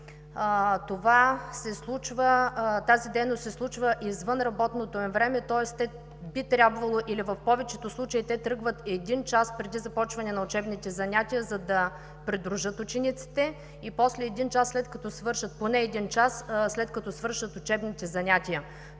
тази дейност се случва извън работното им време, тоест би трябвало или в повечето случаи те да тръгват един час преди започване на учебните занятия, за да придружат учениците, и после един час, след като свършат учебните занятия.